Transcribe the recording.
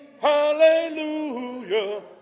hallelujah